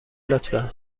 لطفا